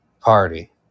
Party